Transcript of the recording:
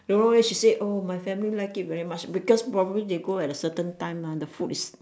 don't know leh she say oh my family like it very much because probably they go at a certain time ah the food is